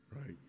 right